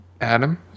Adam